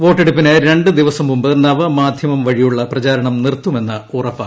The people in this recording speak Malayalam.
വോട്ടെടുപ്പിന് രണ്ടു ദിവസം മുമ്പ് നവമാധ്യമം വഴിയുള്ള പ്രചാരണം നിർത്തുന്നത് ഉറപ്പാക്കും